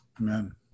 Amen